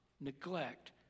neglect